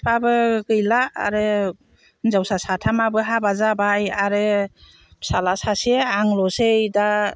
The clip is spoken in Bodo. बिफाबो गैला आरो हिनजावसा साथामाबो हाबा जाबाय आरो फिसाज्ला सासे आंल'सै दा